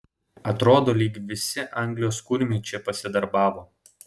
atrodo lyg visi anglijos kurmiai čia pasidarbavo